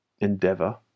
endeavor